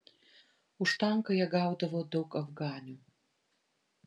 už tanką jie gaudavo daug afganių